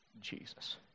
Jesus